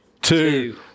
Two